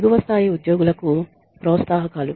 దిగువ స్థాయి ఉద్యోగులకు ప్రోత్సాహకాలు